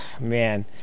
man